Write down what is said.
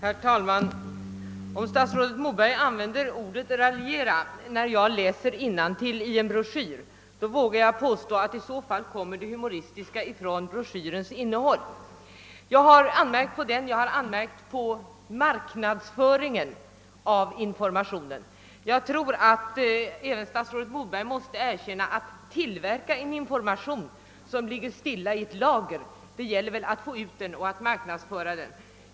Herr talman! Om statsrådet Moberg anser sig kunna använda ordet raljerande om min innanläsning ur en broschyr, så vågar jag påstå att den humoristiska effekten beror på broschyrens innehåll. Jag har anmärkt på broschyren och på marknadsföringen av informationen. Jag tror att även statsrådet Moberg måste erkänna att det inte är någon mening med att tillverka en informationsskrift som blir liggande i ett lager; det gäller att få ut broschyren.